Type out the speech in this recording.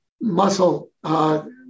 muscle